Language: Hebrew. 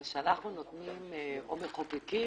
אבל כשאנחנו נותנים או מחוקקים,